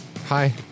Hi